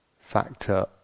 factor